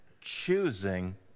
choosing